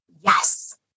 Yes